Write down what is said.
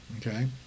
Okay